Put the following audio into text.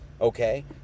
Okay